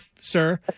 sir